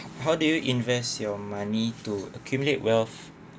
how do you invest your money to accumulate wealth